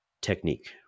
technique